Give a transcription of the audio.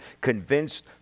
convinced